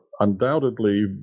undoubtedly